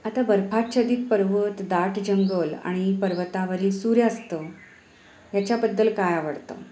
आता बर्फाच्छादित पर्वत दाट जंगल आणि पर्वतावरील सूर्यास्त याच्याबद्दल काय आवडतं